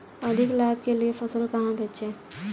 अधिक लाभ के लिए फसल कहाँ बेचें?